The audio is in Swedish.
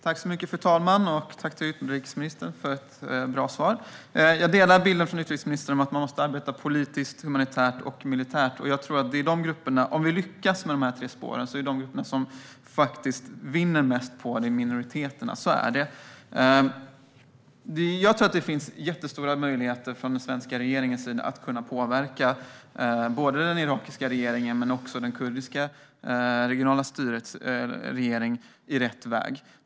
Fru talman! Tack, utrikesministern, för ett bra svar! Jag delar utrikesministerns bild att man måste arbeta politiskt, humanitärt och militärt. Om vi lyckas med dessa tre spår är minoriteterna de som vinner mest på det - så är det. Jag tror att det finns jättestora möjligheter för den svenska regeringen att påverka både den irakiska regeringen och även det kurdiska regionala styrets regering i rätt riktning.